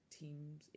teams